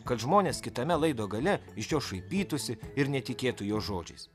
kad žmonės kitame laido gale iš jo šaipytųsi ir netikėtų jo žodžiais